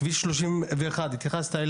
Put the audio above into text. לכביש 31 התייחסת.